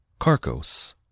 Carcos